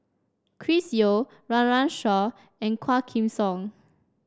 Chris Yeo Run Run Shaw and Quah Kim Song